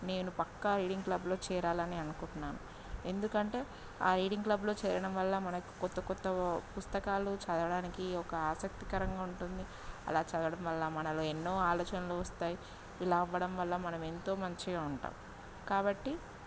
నేను పక్కా రీడింగ్ క్లబ్లో చేరాలని అనుకుంటున్నాను ఎందుకంటే ఆ రీడింగ్ క్లబ్లో చేయడం వల్ల మనకు కొత్త కొత్త పుస్తకాలు చదవడానికి ఒక ఆసక్తికరంగా ఉంటుంది అలా చదవడం వల్ల మనలో ఎన్నో ఆలోచనలు వస్తాయి ఇలా అవ్వడం వల్ల మనం ఎంతో మంచిగా ఉంటాం కాబట్టి